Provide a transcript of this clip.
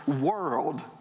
world